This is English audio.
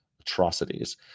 atrocities